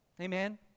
Amen